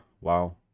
wow